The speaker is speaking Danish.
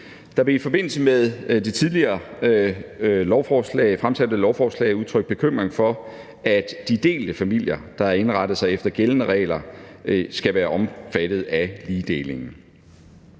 Der blev i forbindelse med det tidligere fremsatte lovforslag udtrykt bekymring for, at de delte familier, der har indrettet sig efter gældende regler, skal være omfattet af ligedelingen.